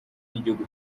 n’igihugu